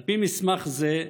על פי מסמך זה,